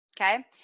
Okay